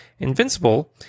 Invincible